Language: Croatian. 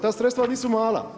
Ta sredstva nisu mala.